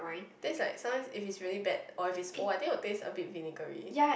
taste like sometimes if it's really bad or if it's old I think will taste a bit vinegary